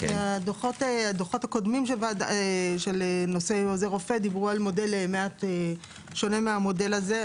הדוחות הקודמים של נושא עוזר רופא דיברו על מודל מעט שונה מהמודל הזה,